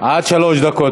עד שלוש דקות.